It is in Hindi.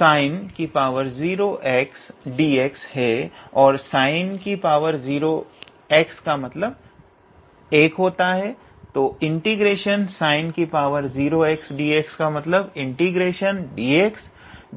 ∫𝑠𝑖𝑛0𝑥𝑑𝑥 है और∫𝑠𝑖𝑛0𝑥𝑑𝑥 केवल x है